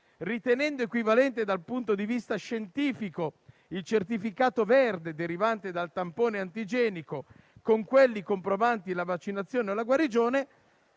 ritenendo equivalente dal punto di vista scientifico il certificato verde derivante dal tampone antigenico a quelli comprovanti la vaccinazione o la guarigione,